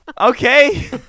Okay